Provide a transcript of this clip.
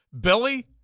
Billy